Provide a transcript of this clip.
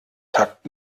takt